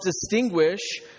distinguish